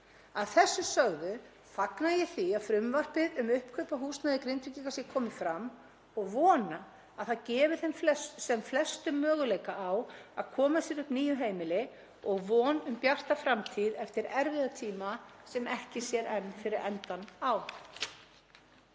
Að þessu sögðu fagna ég því að frumvarpið um uppkaup á húsnæði Grindvíkingar sé komið fram og vona að það gefi sem flestum möguleika á að koma sér upp nýju heimili og von um bjarta framtíð eftir erfiða tíma sem ekki sér enn fyrir endann á.